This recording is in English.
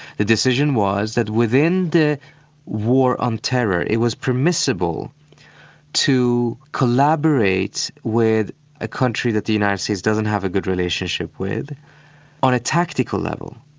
the decision was that within the war on terror, it was permissible to collaborate with a country that the united states doesn't have a good relationship with on a tactical level.